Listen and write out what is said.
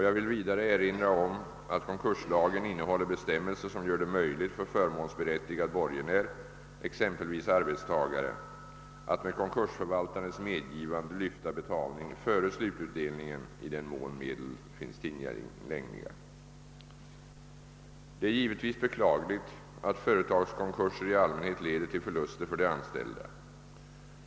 Jag vill vidare erinra om att konkurslagen innehåller bestämmelser som gör det möjligt för förmånsberättigad borgenär, exempelvis arbetstagare, att med konkursförvaltarens medgivande lyfta betalning före slututdelningen, i den mån det finns medel tillgängliga. Det är givetvis beklagligt att företagskonkurser i allmänhet leder till förluster för de anställda.